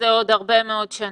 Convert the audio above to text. נלך עם זה עוד הרבה מאוד שנים.